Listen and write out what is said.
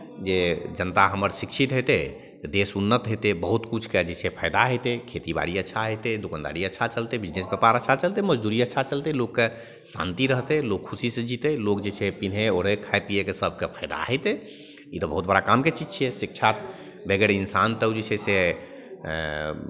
जे जनता हमर शिक्षित हेतै तऽ देश उन्नत हेतै बहुत किछुके जे छै फाइदा हेतै खेतीबाड़ी अच्छा हेतै दोकानदारी अच्छा चलतै बिजनेस व्यापार अच्छा चलतै मजदूरी अच्छा चलतै लोककेँ शान्ति रहतै लोक खुशीसँ जीतै लोक जे छै पिन्है ओढ़य खाय पियैके सभके फाइदा हेतै ई तऽ बहुत बड़ा कामके चीज छियै शिक्षा बगैर इन्सान तऽ जे छै से